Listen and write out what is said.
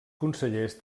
consellers